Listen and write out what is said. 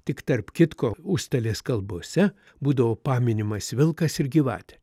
tik tarp kitko užstalės kalbose būdavo paminimas vilkas ir gyvatė